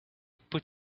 put